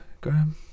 Graham